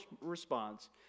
response